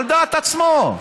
על דעת עצמו.